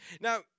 Now